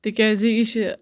تکیازِ یہِ چھ